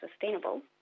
sustainable